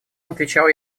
отвечал